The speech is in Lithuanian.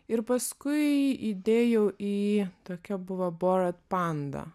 ir paskui įdėjau į tokia buvo borat panda